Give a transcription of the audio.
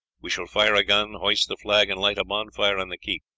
we shall fire a gun, hoist the flag, and light a bonfire on the keep,